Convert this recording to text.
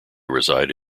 reside